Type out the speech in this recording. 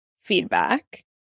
feedback